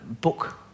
book